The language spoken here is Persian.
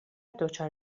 دچار